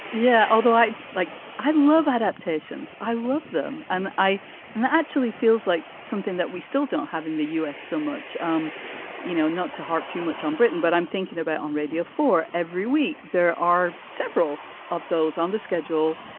yeah although i like i love adaptations, i love them. and i and actually feels like something that we still don't have in the us so much. um you know, not to harp too much on britain, but i'm thinking about on radio four every week, there are several of those on the schedule,